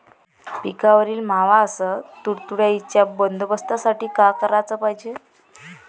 पिकावरील मावा अस तुडतुड्याइच्या बंदोबस्तासाठी का कराच पायजे?